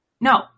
no